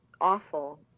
awful